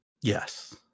Yes